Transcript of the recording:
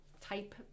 type